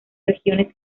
regiones